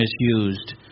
misused